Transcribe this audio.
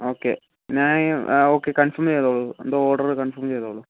okay ഞായി okay confirm ചെയ്തോളു എൻ്റെ ഓർഡർ കൺഫേം ചെയ്തോളു